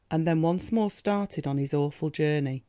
and then once more started on his awful journey.